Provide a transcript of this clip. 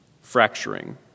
fracturing